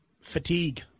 fatigue